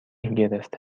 گرفته